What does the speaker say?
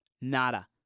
Nada